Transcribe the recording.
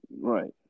Right